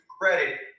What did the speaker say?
credit